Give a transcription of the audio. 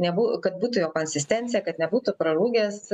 nebū kad būtų jo konsistencija kad nebūtų prarūgęs